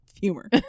humor